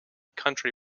country